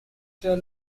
after